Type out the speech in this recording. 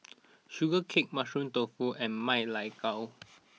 Sugee Cake Mushroom Tofu and Ma Lai Gao